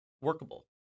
workable